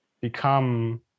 become